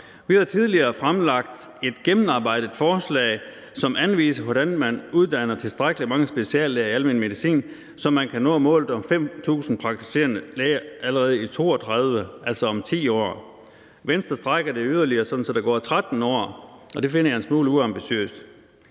Vi har tidligere fremlagt et gennemarbejdet forslag, som anviser, hvordan man uddanner tilstrækkelig mange speciallæger i almen medicin, så man kan nå målet om 5.000 praktiserende læger allerede i 2032, altså om 10 år. Venstre strækker det yderligere, sådan at der går 13 år, og det finder jeg en smule uambitiøst.